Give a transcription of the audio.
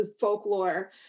folklore